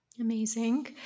Amazing